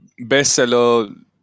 bestseller